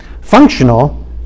Functional